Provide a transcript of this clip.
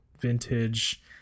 vintage